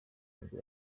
nibwo